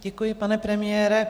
Děkuji, pane premiére.